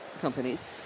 companies